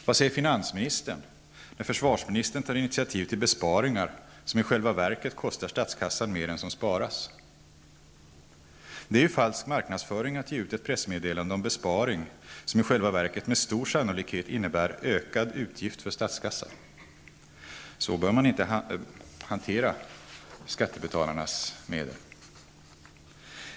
Vad säger finansministern när försvarsministern tar initiativ till ''besparingar'' som i själva verket kostar statskassan mycket mer än det som sparas? Det är ju falsk marknadsföring att ge ut ett pressmeddelande om ''besparing'' som i själva verket med stor sannolikhet innebär en ökad utgift för statskassan. Så bör man inte hantera skattebetalarnas medel.